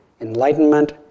Enlightenment